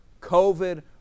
COVID